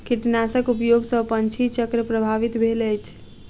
कीटनाशक उपयोग सॅ पंछी चक्र प्रभावित भेल अछि